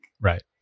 Right